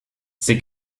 sie